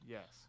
Yes